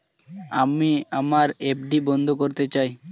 আমি আমার এফ.ডি বন্ধ করতে চাই